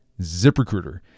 ZipRecruiter